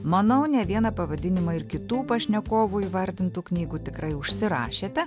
manau ne vieną pavadinimą ir kitų pašnekovų įvardintų knygų tikrai užsirašėte